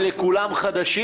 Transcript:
אלה כולם חדשים?